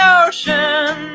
ocean